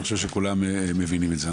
אני חושב שכולם מבינים את זה,